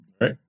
Right